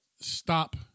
stop